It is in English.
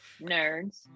nerds